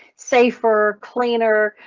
safer, cleaner.